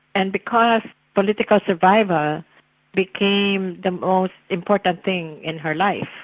and because political survival became the most important thing in her life,